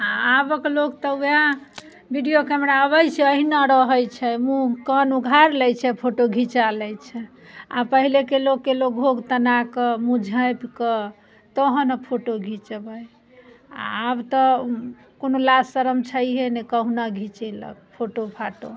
आबके लोक तऽ वएह वीडिओ कैमरा अबै छै एहिना रहै छै मुँह कान उघारि लै छै फोटो घिचा लै छै आओर पहिलेके लोकके लोग घोघ तनाकऽ मुँह झाँपिकऽ तहन ओ फोटो घिचबै आब तऽ कोनो लाज शरम छहिए नहि कहुना घिचेलक फोटो फाटो